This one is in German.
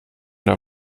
der